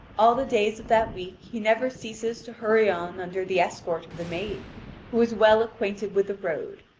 all the days of that week he never ceases to hurry on under the escort of the maid who was well acquainted with the road,